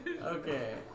Okay